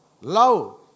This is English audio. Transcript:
love